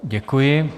Děkuji.